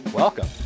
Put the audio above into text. Welcome